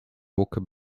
walker